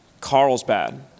Carlsbad